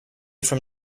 from